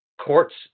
courts